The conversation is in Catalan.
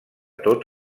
tot